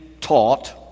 taught